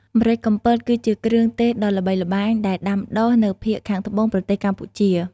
ម្រេចកំពត គឺជាគ្រឿងទេសដ៏ល្បីល្បាញ ដែលដាំដុះនៅភាគខាងត្បូងប្រទេសកម្ពុជា។